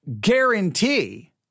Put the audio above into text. guarantee